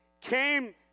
came